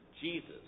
Jesus